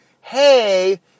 hey